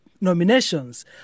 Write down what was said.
nominations